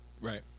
right